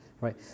right